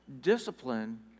Discipline